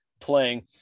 playing